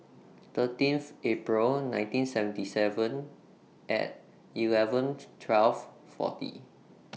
thirteenth April nineteen seventy Seven Eleven twelve forty